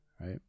right